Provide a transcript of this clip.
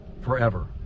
forever